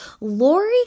Lori